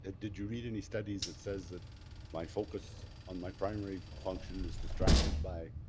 ah did you read any studies that says that my focus on my primary function is distracted by